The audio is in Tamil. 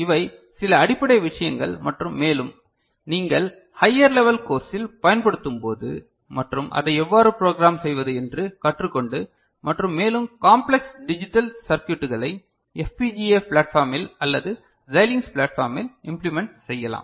இவை சில அடிப்படை விஷயங்கள் மற்றும் மேலும் நீங்கள் ஹையர் லெவல் கோர்ஸில் பயன்படுத்தும்போது மற்றும் அதை எவ்வாறு ப்ரோக்ராம் செய்வது என்று கற்றுக்கொண்டு மற்றும் மேலும் காம்ப்லெக்ஸ் டிஜிட்டல் சர்க்யுட்களை FPGA பிளாட்பார்மில் அல்லது சைலின்க்ஸ் பிளாட்பார்மில் இம்ப்ளிமென்ட் செய்யலாம்